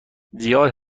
زیاد